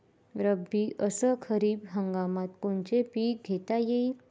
रब्बी अस खरीप हंगामात कोनचे पिकं घेता येईन?